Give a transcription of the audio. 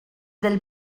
del